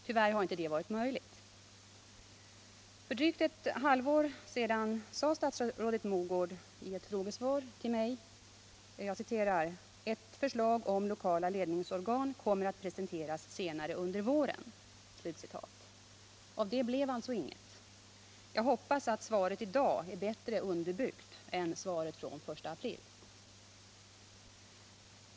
Tyvärr har det inte varit möjligt att klara detta. För drygt ett halvår sedan sade statsrådet Mogård i ett frågesvar till mig: ”Ett förslag om lokala ledningsorgan kommer att presenteras senare under våren.” Av det blev alltså inget. Jag hoppas att svaret i dag är bättre underbyggt än svaret från den 1 april.